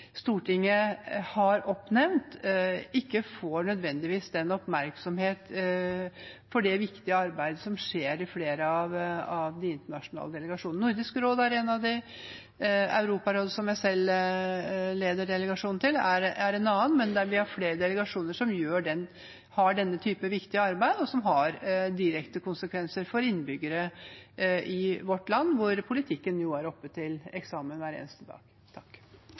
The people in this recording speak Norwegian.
Stortinget har oppnevnt, ikke nødvendigvis får oppmerksomhet for det viktige arbeidet som skjer. Nordisk råd er en av dem. Europarådet, som jeg selv leder delegasjonen til, er en annen. Men vi har flere delegasjoner som har denne typen viktig arbeid, som har direkte konsekvenser for innbyggere i vårt land, hvor politikken er oppe til eksamen hver eneste